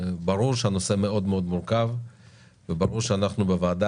ברור שהנושא מאוד מאוד מורכב וברור שאנחנו בוועדה